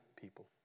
people